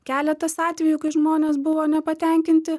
keletas atvejų kai žmonės buvo nepatenkinti